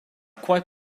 quite